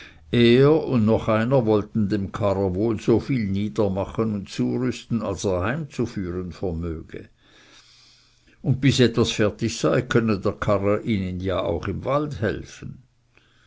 er und noch einer wollten dem karrer wohl so viel niedermachen und zurüsten als er heimzuführen vermöge und bis etwas fertig sei könne der karrer ihnen ja auch im wald helfen